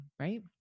Right